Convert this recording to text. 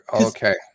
Okay